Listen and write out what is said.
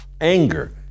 Anger